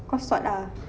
kau sot ah